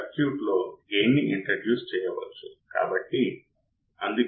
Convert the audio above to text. input bias current ఏమిటో తెలుసుకోవాలంటే సూత్రం Ib|Ib1Ib2|2